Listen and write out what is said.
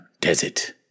desert